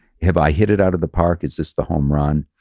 have i hit it out of the park? it's just the home run.